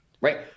right